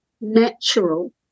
natural